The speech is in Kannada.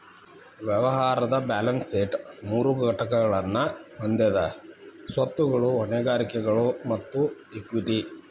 ವ್ಯವಹಾರದ್ ಬ್ಯಾಲೆನ್ಸ್ ಶೇಟ್ ಮೂರು ಘಟಕಗಳನ್ನ ಹೊಂದೆದ ಸ್ವತ್ತುಗಳು, ಹೊಣೆಗಾರಿಕೆಗಳು ಮತ್ತ ಇಕ್ವಿಟಿ